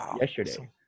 yesterday